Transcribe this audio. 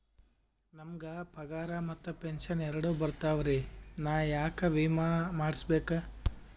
ನಮ್ ಗ ಪಗಾರ ಮತ್ತ ಪೆಂಶನ್ ಎರಡೂ ಬರ್ತಾವರಿ, ನಾ ಯಾಕ ವಿಮಾ ಮಾಡಸ್ಬೇಕ?